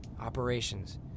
Operations